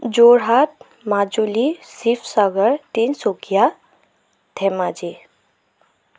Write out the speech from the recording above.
Jorhat Majuli Sivasagar Tinsukia Dhemaji